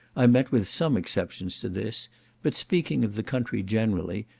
i met with some exceptions to this but speaking of the country generally,